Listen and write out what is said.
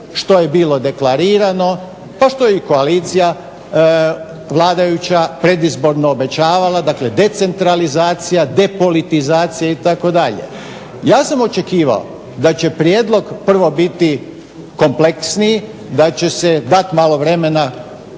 što je bilo deklarirano pa što je i koalicija vladajuća predizborno obećavala. Dakle decentralizacija, depolitizacija itd. Ja sam očekivao da će prijedlog prvo biti kompleksniji, da će se dat malo vremena